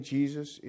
Jesus